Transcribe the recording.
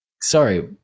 sorry